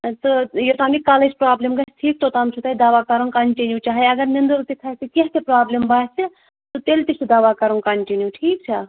تہٕ یوٚتام یہِ کَلٕچ پرٛابلِم گژھِ ٹھیٖک توٚتام چھُو تۄہہِ دوا کَرُن کَنٹِنیوٗ چاہے اَگر نِندٕر تہِ کھسہِ کیٚنٛہہ تہِ پرٛابلِم باسہِ تہٕ تیٚلہِ تہِ چھُ دوا کَرُن کَنٹِنیوٗ ٹھیٖک چھا